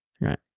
right